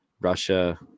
Russia